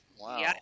Wow